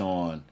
on